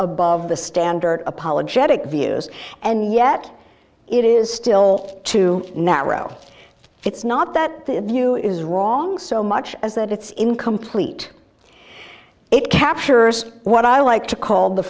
above the standard apologetic views and yet it is still too narrow it's not that the view is wrong so much as that it's incomplete it captures what i like to call the